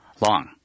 Long